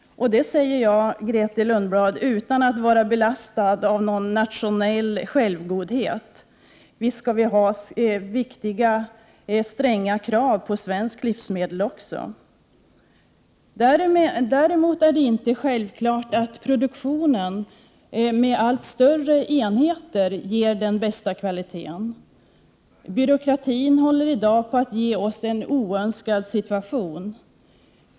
Detta säger jag, Grethe Lundblad, utan att vara belastad med nationell självgodhet. Visst skall vi ställa stränga krav på svenska livsmedel också! Däremot är det inte självklart att produktion med allt större enheter ger den bästa kvaliteten. Byråkratin håller i dag på att försätta oss i en oönskad situation.